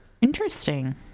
interesting